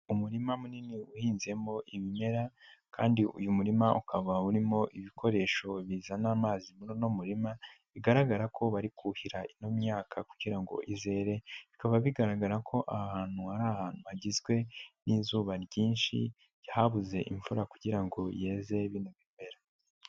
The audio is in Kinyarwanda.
Umurima munini uhinzemo ibimera kandi uyu murima ukaba urimo ibikoresho bizana amazi muri uno murima, bigaragara ko bari kuhira ino myaka kugira ngo izere, bikaba bigaragara ko ahantu hari ahantu hagizwe n'izuba ryinshi, habuze imvura kugira ngo yeze bino bimera.